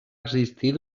existir